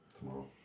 tomorrow